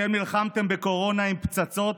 אתם נלחמתם בקורונה עם פצצות,